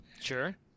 Sure